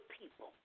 people